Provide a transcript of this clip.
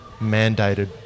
mandated